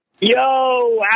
Yo